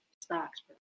stocks